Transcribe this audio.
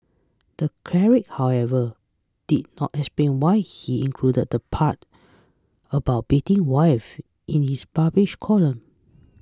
the cleric however did not explain why he included the part about beating wives in his published column